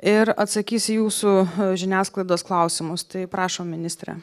ir atsakys į jūsų žiniasklaidos klausimus tai prašom ministre